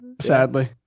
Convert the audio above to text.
Sadly